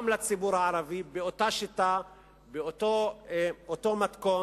גם לציבור הערבי, באותה שיטה, באותו מתכון,